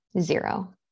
Zero